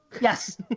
yes